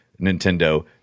Nintendo